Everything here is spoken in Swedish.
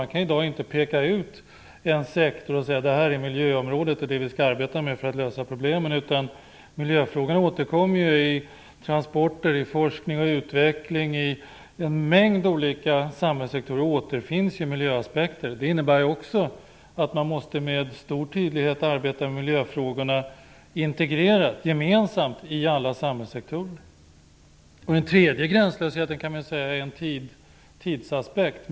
Man kan i dag inte peka ut en sektor och säga att det här är det miljöområde som vi skall arbeta med för att lösa problemen, utan miljöfrågan återkommer ju i transporter, forskning och utveckling och en mängd olika samhällssektorer och återfinns i miljöaspekter. Det innebär också att man med stor tydlighet måste arbeta med miljöfrågorna integrerat, gemensamt i alla samhällssektorer. Den tredje gränslösheten kan man säga är en tidsaspekt.